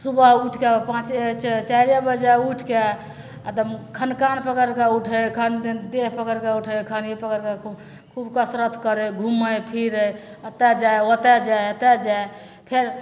सुबह उठिके पाँचे च चारिए बजे उठिके आओर खन कान पकड़िके उठै खन देह पकड़िके उठै खन ई पकड़िके खू खूब कसरत करै घुमै फिरै एतए जाए ओतए जाए एतए जाए फेर